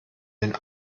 den